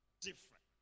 Different